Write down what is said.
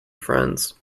friends